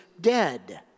dead